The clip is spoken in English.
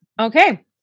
Okay